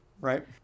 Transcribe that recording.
Right